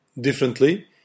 differently